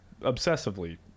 obsessively